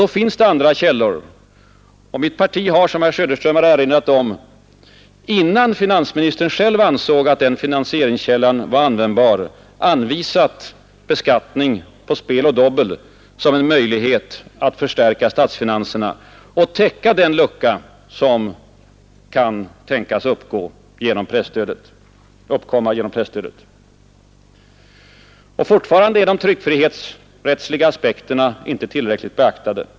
Då finns det andra källor, och mitt parti har innan finansministern själv ansåg den finansieringskällan användbar anvisat beskattning på spel och dobbel som en möjlighet att förstärka statsfinanserna och att täcka den lucka som kan tänkas uppkomma genom presstödet. Och fortfarande är de tryckfrihetsrättsliga aspekterna inte tillräckligt beaktade.